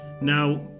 Now